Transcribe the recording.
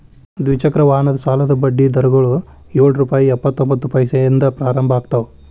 ದ್ವಿಚಕ್ರ ವಾಹನದ ಸಾಲದ ಬಡ್ಡಿ ದರಗಳು ಯೊಳ್ ರುಪೆ ಇಪ್ಪತ್ತರೊಬಂತ್ತ ಪೈಸೆದಿಂದ ಪ್ರಾರಂಭ ಆಗ್ತಾವ